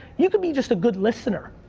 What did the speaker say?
you could be just a good listener.